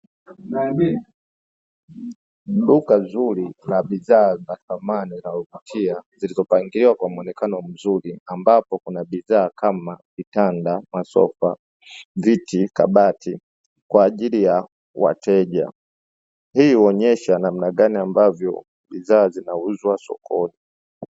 Duka zuri na bidhaa za thamani za kupakia zilizopangiwa kwa mwonekano mzuri, ambapo kuna bidhaa kama vitanda masafa viti kabati kwa ajili ya wateja hii huonyesha namna gani ambavyo bidhaa zinauzwa sokoni.